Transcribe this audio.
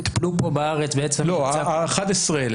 הם טופלו פה בארץ --- לא, ה-11,000.